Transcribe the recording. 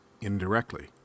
indirectly